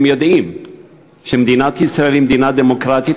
הם יודעים שמדינת ישראל היא מדינה דמוקרטית,